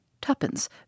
Tuppence